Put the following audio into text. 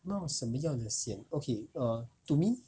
冒什么什么样的险 okay to me